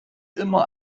immer